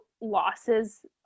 losses